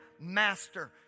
master